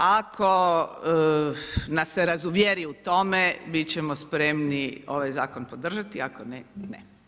Ako nas se razuvjeri u tome, bit ćemo spremni ovaj zakon podržati, ako ne, ne.